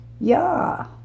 Yeah